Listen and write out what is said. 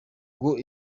ngo